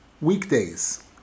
weekdays